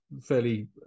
fairly